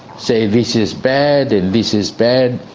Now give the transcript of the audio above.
say this is bad and this is bad.